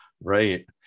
Right